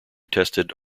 tested